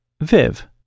Viv